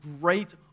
great